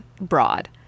broad